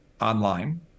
online